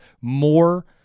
more